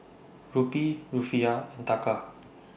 Rupee Rufiyaa and Taka